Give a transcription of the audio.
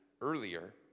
earlier